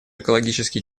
экологически